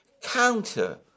counter